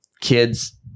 kids